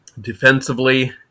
defensively